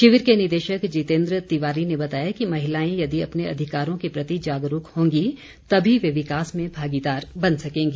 शिविर के निदेशक जितेन्द्र तिवारी ने बताया कि महिलाएं यदि अपने अधिकारों के प्रति जागरूक होंगी तभी वे विकास में भागीदार बन सकेंगी